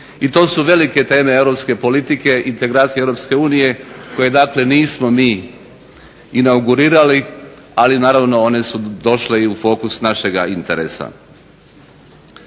I to su velike teme europske politike, integracije Europske unije koje dakle nismo mi inaugurirali, ali naravno one su došle i u fokus našega interesa.